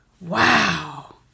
Wow